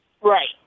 Right